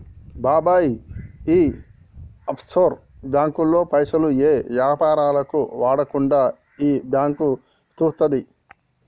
బాబాయ్ ఈ ఆఫ్షోర్ బాంకుల్లో పైసలు ఏ యాపారాలకు వాడకుండా ఈ బాంకు సూత్తది